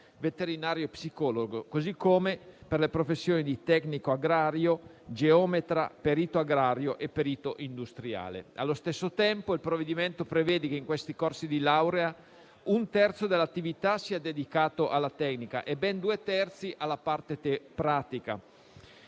veterinario e psicologo, così come per le professioni di tecnico agrario, geometra, perito agrario e perito industriale. Allo stesso tempo, il provvedimento prevede che in questi corsi di laurea un terzo dell'attività sia dedicato alla tecnica e ben due terzi alla parte pratica.